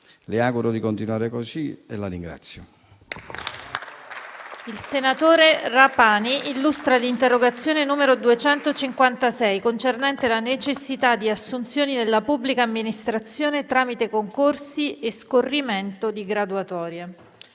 Le auguro di continuare così e la ringrazio.